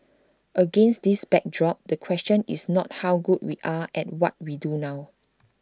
against this backdrop the question is not how good we are at what we do now